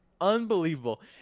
unbelievable